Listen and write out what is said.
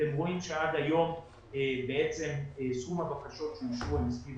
אתם רואים שעד היום בעצם סכום הבקשות הוא סביב